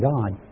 God